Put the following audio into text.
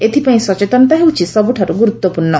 ଏଥିପାଇଁ ସଚେତନତା ହେଉଛି ସବୁଠାରୁ ଗୁରୁତ୍ୱପୂର୍ଷ